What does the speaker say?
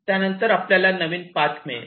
त्या नंतर आपल्याला नवीन पाथ मिळेल